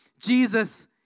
Jesus